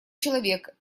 человек